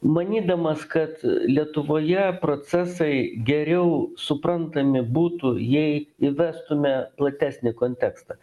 manydamas kad lietuvoje procesai geriau suprantami būtų jei įvestume platesnį kontekstą